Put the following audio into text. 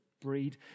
breed